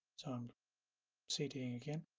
i'm cding again,